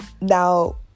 Now